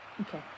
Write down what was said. Okay